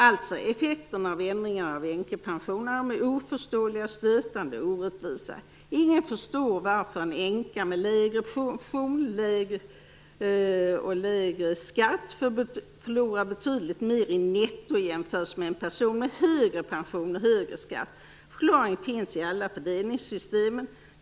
Alltså: Effekterna av ändringarna i änkepensionerna är oförståeliga, stötande och orättvisa. Ingen förstår varför en änka med lägre pension och lägre skatt förlorar betydligt mer i netto i jämförelse med en person med högre pension och högre skatt. Förklaringen finns i alla fördelningssystemen.